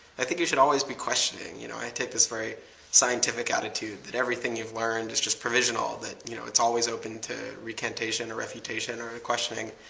i think you should always be questioning. you know i take this very scientific attitude that everything you've learned is just provisional, that you know it's always open to recantation, or refutation, or ah questioning.